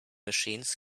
machines